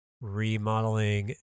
remodeling